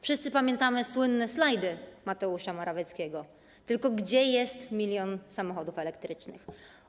Wszyscy pamiętamy słynne slajdy Mateusza Morawieckiego, tylko gdzie jest 1 mln samochodów elektrycznych?